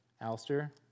Alistair